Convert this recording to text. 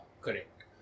Correct